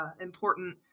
important